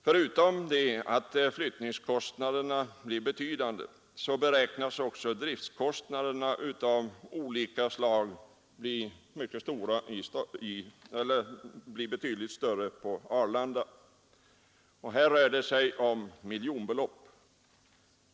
Förutom det förhållandet att flyttningskostnaderna blir betydande beräknas också driftkostnaderna av olika slag bli betydligt större på Arlanda. Det rör sig om miljonbelopp.